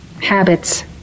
habits